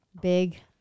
big